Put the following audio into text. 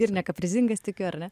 ir nekaprizingas tikiu ar ne